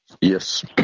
Yes